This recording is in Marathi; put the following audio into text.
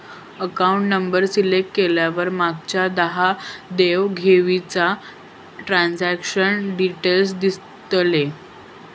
अकाउंट नंबर सिलेक्ट केल्यावर मागच्या दहा देव घेवीचा ट्रांजॅक्शन डिटेल दिसतले